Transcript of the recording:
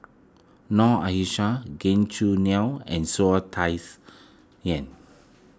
Noor Aishah Gan Choo Neo and saw a Tsai Yen